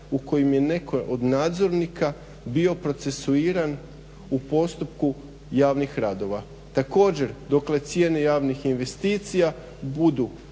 u kojem je netko od nadzornika bio procesuiran u postupku javnih radova. Također dokle cijene javnih investicija budu